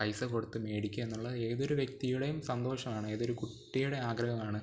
പൈസ കൊടുത്ത് മേടിക്കുക എന്നുള്ളത് ഏതൊരു വ്യക്തിയുടെയും സന്തോഷമാണ് ഏതൊരു കുട്ടിയുടെയും ആഗ്രഹമാണ്